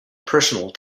personal